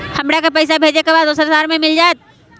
खाता के पईसा भेजेए के बा दुसर शहर में मिल जाए त?